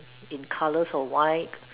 in colours of white